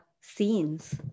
scenes